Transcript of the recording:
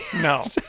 No